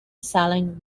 selling